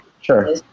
Sure